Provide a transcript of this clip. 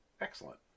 excellent